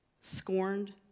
Scorned